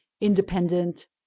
independent